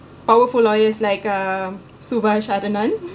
powerful lawyers like uh subhas-anandan